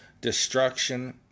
destruction